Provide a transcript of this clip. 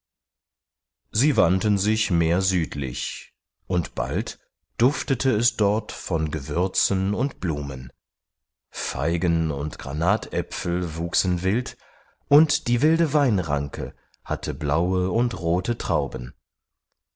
sie wandten sich mehr südlich und bald duftete es dort von gewürzen und blumen feigen und granatäpfel wuchsen wild und die wilde weinranke hatte blaue und rote trauben